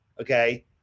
Okay